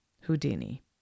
Houdini